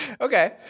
Okay